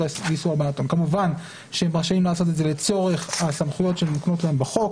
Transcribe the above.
כמובן שהם רשאים לעשות את זה לצורך הסמכויות שקבועות בחוק,